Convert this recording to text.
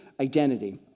identity